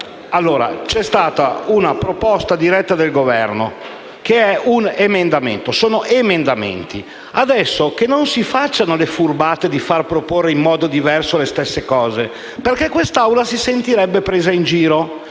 c'è stata una proposta diretta del Governo di un emendamento. Si tratta di emendamenti: che non si facciano le furbate di far proporre in modo diverso le stesse cose, perché questa Assemblea si sentirebbe presa in giro.